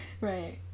right